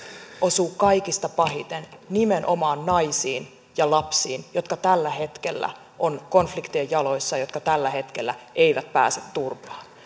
osuu kaikista pahiten nimenomaan naisiin ja lapsiin jotka tällä hetkellä ovat konfliktien jaloissa jotka tällä hetkellä eivät pääse turvaan